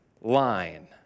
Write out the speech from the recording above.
line